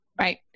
right